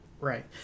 right